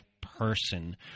person